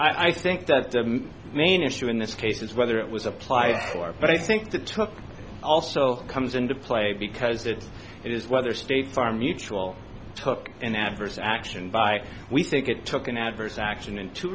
and i think that the main issue in this case is whether it was applied for but i think that took also comes into play because it is whether state farm mutual took an adverse action by we think it took an adverse action in